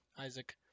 Isaac